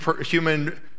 human